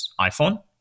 iPhone